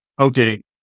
okay